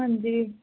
ਹਾਂਜੀ